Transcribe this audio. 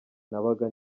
nabaga